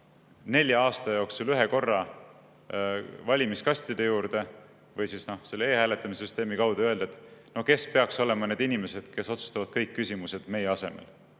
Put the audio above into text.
nelja aasta jooksul ühe korra valimiskastide juurde või siis selle e-hääletamise süsteemi kaudu öelda, kes peaks olema need inimesed, kes otsustavad kõik küsimused meie asemel,